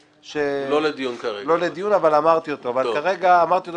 זה לא נושא הדיון כרגע אבל אמרתי אותו